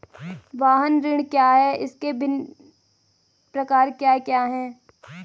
वाहन ऋण क्या है इसके विभिन्न प्रकार क्या क्या हैं?